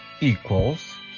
equals